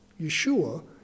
Yeshua